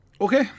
Okay